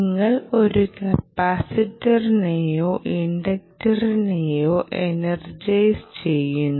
നിങ്ങൾ ഒരു കപ്പാസിറ്ററിനെയോ ഇൻഡക്ടറിനെയോ എനർജൈസ് ചെയ്യുന്നു